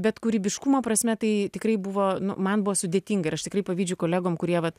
bet kūrybiškumo prasme tai tikrai buvo man buvo sudėtinga ir aš tikrai pavydžiu kolegoms kurie vat